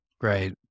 Right